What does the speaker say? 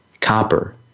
copper